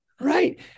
right